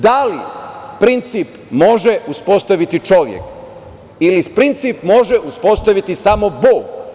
Da li princip može uspostaviti čovek ili princip može uspostaviti samo Bog?